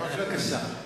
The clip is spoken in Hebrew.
בבקשה.